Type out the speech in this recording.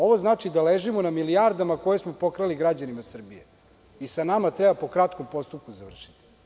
Ovo znači da ležimo na milijardama koje smo pokrali građanima Srbije i sa nama treba po kratkom postupku završiti.